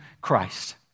Christ